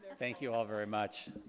thank you all very much.